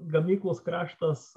gamyklos kraštas